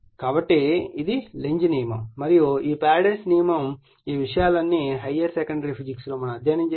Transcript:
కాబట్టి ఇది లెంజ్ నియమం మరియు ఈ ఫెరడేస్ నియమం ఈ విషయాలన్నీ హై సెకండరీ ఫిజిక్స్ లో అధ్యయనం చేశారు